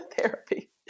therapy